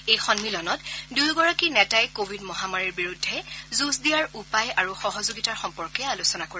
এই সম্মিলনত দুয়োগৰাকী নেতাই কোৱিড মহামাৰীৰ বিৰুদ্ধে যুঁজ দিয়াৰ উপায় আৰু সহযোগিতাৰ সম্পৰ্কে আলোচনা কৰিব